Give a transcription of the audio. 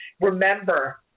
remember